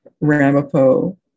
Ramapo